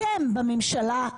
אתם בממשלה,